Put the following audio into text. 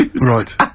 Right